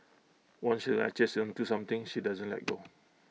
once she latches onto something she doesn't let go